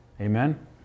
amen